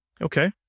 Okay